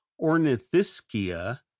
Ornithischia